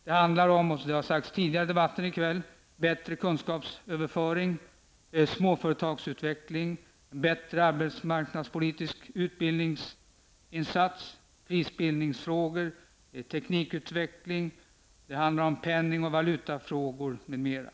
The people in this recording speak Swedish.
Som tidigare har sagts i debatten handlar det om bättre kunskapsöverföring, småföretagsutveckling, en bättre arbetsmarknadspolitisk utbildningsinsats, prisbildningsfrågor, teknikutveckling samt penning och valutafrågor m.m.